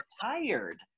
tired